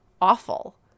awful